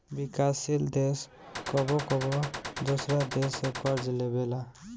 विकासशील देश कबो कबो दोसरा देश से कर्ज लेबेला